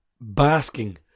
basking